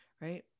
right